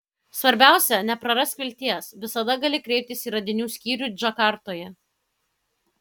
svarbiausia neprarask vilties visada gali kreiptis į radinių skyrių džakartoje